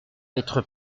être